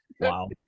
Wow